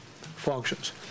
functions